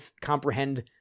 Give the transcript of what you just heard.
comprehend